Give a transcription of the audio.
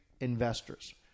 investors